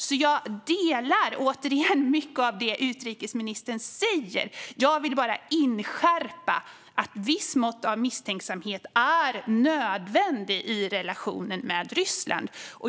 Jag instämmer alltså i mycket av det utrikesministern säger, men jag vill bara inskärpa att ett visst mått av misstänksamhet är nödvändigt i relationen med Ryssland.